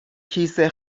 کیسه